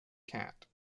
cat